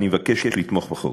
אני מבקש לתמוך בחוק.